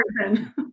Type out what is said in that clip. person